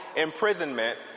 imprisonment